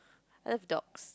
I love dogs